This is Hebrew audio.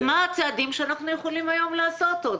אז מה הצעדים שאנחנו יכולים היום לעשות עוד?